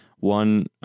One